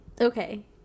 okay